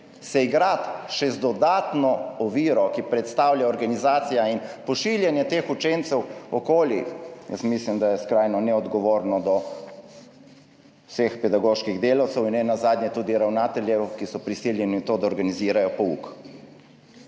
se igrati še z dodatno oviro, ki jo predstavlja organizacija in pošiljanje teh učencev okoli, mislim, da je skrajno neodgovorno do vseh pedagoških delavcev in nenazadnje tudi ravnateljev, ki so prisiljeni v to, da organizirajo pouk.